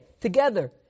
together